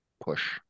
push